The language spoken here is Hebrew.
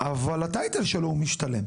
אבל הטייטל שלו הוא משתלם.